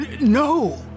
No